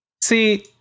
See